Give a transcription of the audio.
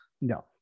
No